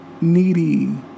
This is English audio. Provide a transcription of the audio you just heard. needy